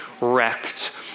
wrecked